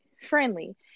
friendly